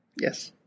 yes